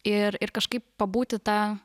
ir ir kažkaip pabūti tą